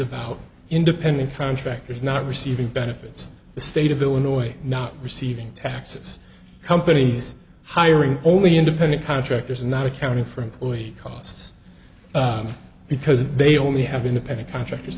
about independent contractors not receiving benefits the state of illinois not receiving taxes companies hiring only independent contractors and not accounting for employee costs because they only have independent contractors